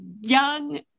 young